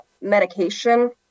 medication